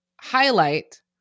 highlight